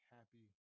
Happy